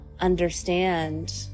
understand